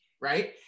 right